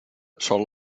sol